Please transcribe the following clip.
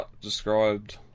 described